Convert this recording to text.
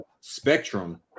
Spectrum